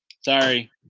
Sorry